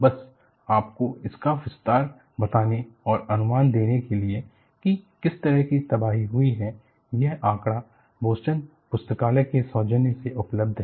बस आपको इसका विस्तार बताने और अनुमान देने के लिए कि किस तरह की तबाही हुई है यह आंकड़ा बोस्टन पुस्तकालय के सौजन्य से उपलब्ध है